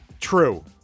true